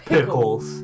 Pickles